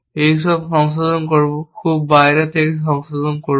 এই সব সংশোধন করব খুব বাইরে থেকে সংশোধন করব